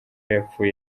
yapfuye